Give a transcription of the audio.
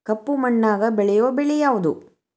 ಕಪ್ಪು ಮಣ್ಣಾಗ ಬೆಳೆಯೋ ಬೆಳಿ ಯಾವುದು?